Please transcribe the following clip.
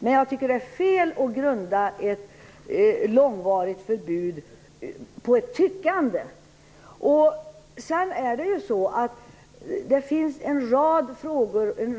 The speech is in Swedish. Men jag tycker att det är fel att grunda ett långvarigt förbud på tyckande. Sedan finns det en